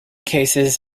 cases